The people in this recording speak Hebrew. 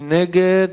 מי נגד?